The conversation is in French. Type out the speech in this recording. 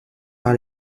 par